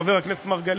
חבר הכנסת מרגלית,